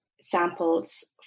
samples